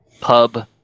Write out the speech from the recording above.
pub